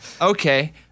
Okay